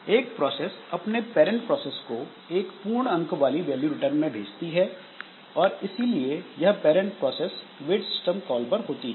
एक प्रोसेस अपने parent process को एक पूर्ण अंक वाली वैल्यू रिटर्न में भेजती है और इसीलिए यह parent process wait system call पर होती है